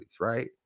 right